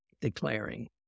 declaring